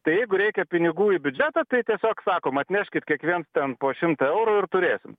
tai jeigu reikia pinigų į biudžetą tai tiesiog sakom atneškit kiekviens ten po šimtą eurų ir turėsim